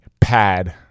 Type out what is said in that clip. pad